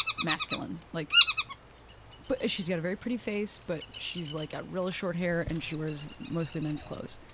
masculine. like but she's got a very pretty face but she's like got really short hair and she wears mostly men's clothes,